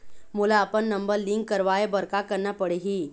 मोला अपन number link करवाये बर का करना पड़ही?